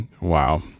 wow